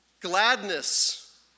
gladness